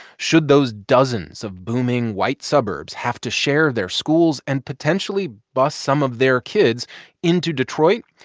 should those dozens of booming white suburbs have to share their schools and potentially bus some of their kids into detroit?